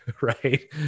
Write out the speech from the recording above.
Right